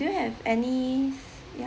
do you have any ya